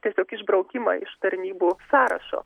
tiesiog išbraukimą iš tarnybų sąrašo